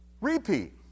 repeat